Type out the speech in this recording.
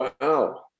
Wow